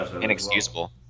inexcusable